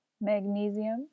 magnesium